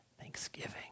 thanksgiving